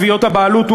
תביעות הבעלות,